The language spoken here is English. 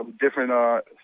different